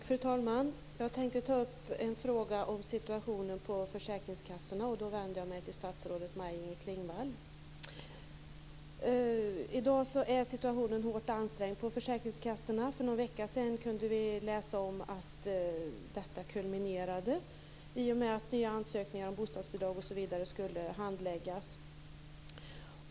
Fru talman! Jag har en fråga om situationen på försäkringskassorna. Jag vänder mig till statsrådet I dag är situationen hårt ansträngd på försäkringskassorna. För någon vecka sedan kunde vi läsa om att detta kulminerade i och med att nya ansökningar om bostadsbidrag osv. skulle handläggas.